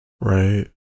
right